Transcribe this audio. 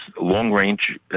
long-range